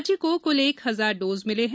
राज्य को कुल एक हजार डोज मिले हैं